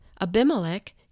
Abimelech